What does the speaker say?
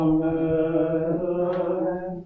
Amen